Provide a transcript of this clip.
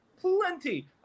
plenty